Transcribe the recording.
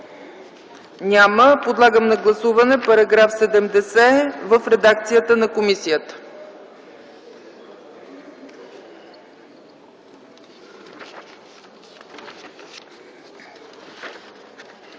Няма. Подлагам на гласуване § 70 в редакцията на комисията.